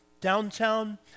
downtown